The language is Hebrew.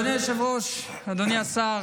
אדוני היושב-ראש,